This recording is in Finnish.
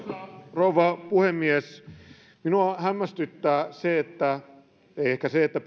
rouva puhemies minua hämmästyttää se että myös kokoomuksella ei ehkä se että